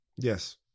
Yes